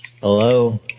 Hello